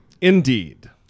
Indeed